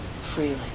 freely